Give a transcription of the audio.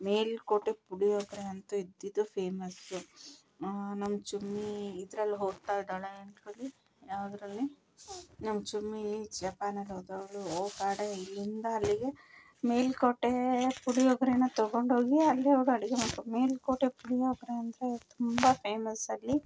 ಮೇಲುಕೋಟೆ ಪುಳಿಯೋಗರೆ ಅಂತು ಇದ್ದಿದ್ದೂ ಫೇಮಸ್ಸು ನಮ್ಮ ಚುಮ್ಮೀ ಇದರಲ್ಲಿ ಹೋಗ್ತಾ ಇದ್ದಾಳೆ ಅಂತ್ಹೇಳಿ ಯಾವುದ್ರಲ್ಲಿ ನಮ್ಮ ಚುಮ್ಮೀ ಜಪಾನಿನಲ್ಲಿ ಓದೋವ್ಳು ಕಾಡೆ ಇಲ್ಲಿಂದ ಅಲ್ಲಿಗೆ ಮೇಲುಕೋಟೆ ಪುಳಿಯೋಗ್ರೆಯ ತಗೊಂಡ್ಹೋಗಿ ಅಲ್ಲಿ ಹೋಗಿ ಅಡುಗೆ ಮಾಡ್ಕೊಬೇಕು ಮೇಲುಕೋಟೆ ಪುಳಿಯೋಗರೆ ಅಂದರೆ ತುಂಬ ಫೇಮಸಲ್ಲಿ